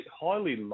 highly